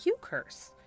QCurse